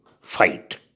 fight